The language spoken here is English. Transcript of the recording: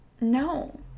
No